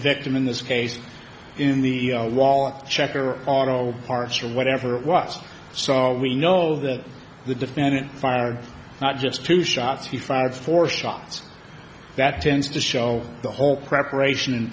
victim in this case in the wall checker auto parts or whatever it was so we know that the defendant fired not just two shots he fired four shots that tends to show the whole preparation